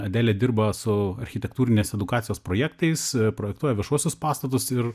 adelė dirba su architektūrinės edukacijos projektais projektuoja viešuosius pastatus ir